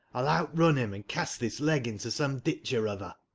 i'll outrun him, and cast this leg into some ditch or other.